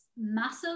massive